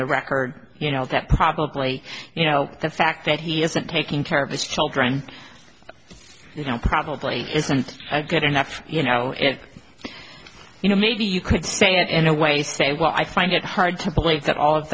the record you know that probably you know the fact that he isn't taking care of his children you know probably isn't good enough you know if you know maybe you could say it in a way say well i find it hard to believe that all of